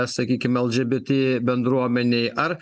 sakykim el dži bi ti bendruomenei ar